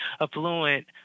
affluent